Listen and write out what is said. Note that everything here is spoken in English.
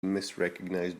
misrecognized